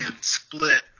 split